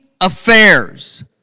affairs